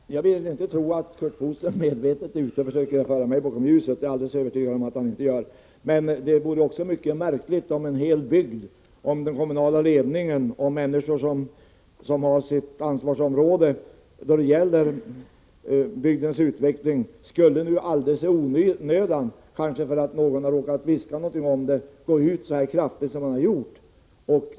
Herr talman! Jag vill inte tro att Curt Boström medvetet försöker föra mig bakom ljuset — jag är alledeles övertygad om att han inte gör det. Det vore mycket märkligt om den kommunala ledningen i bygden och de människor som har ansvar för bygdens utveckling nu alldeles i onödan skulle, bara därför att någon har råkat viska någonting om saken, gå ut så här kraftigt som man har gjort.